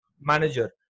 manager